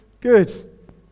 Good